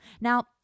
Now